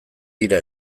dira